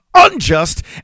unjust